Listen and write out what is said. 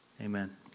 Amen